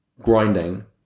grinding